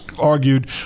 argued